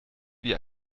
wie